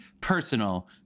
personal